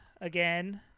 again